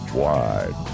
wide